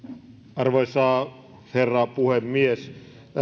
arvoisa herra puhemies